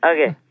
Okay